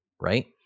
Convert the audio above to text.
Right